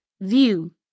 view